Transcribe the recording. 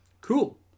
Cool